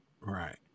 Right